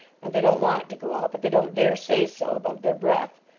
and they don't want to go out, but they don't dare say so above their breath,